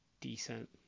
decent